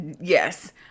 yes